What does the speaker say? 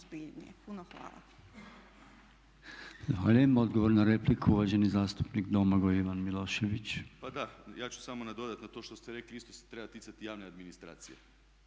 Puno hvala.